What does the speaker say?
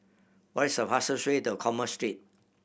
what is the fastest way to Commerce Street